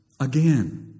again